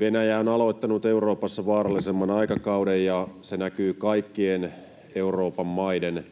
Venäjä on aloittanut Euroopassa vaarallisemman aikakauden, ja se näkyy kaikkien Euroopan maiden